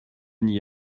n’y